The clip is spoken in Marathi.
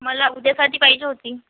मला उद्यासाठी पाहिजे होती